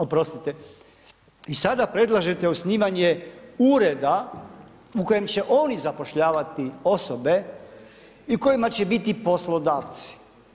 I sada, oprostite, i sada predlažete osnivanje ureda u kojem će oni zapošljavati osobe, i u kojima će biti poslodavci.